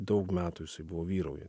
daug metų jisai buvo vyrauja